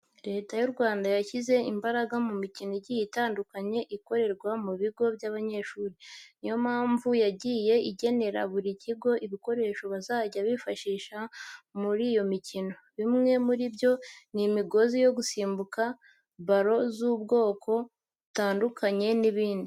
Leta y'u Rwanda yashyize imbaraga mu mikino igiye itandukanye ikorerwa mu bigo by'amashuri. Ni yo mpamvu yagiye igenera buri bigo ibikoresho bazajya bifashisha muri iyo mikino. Bimwe muri byo ni imigozi yo gusimbuka, baro z'ubwoko butandukanye n'ibindi.